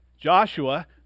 Joshua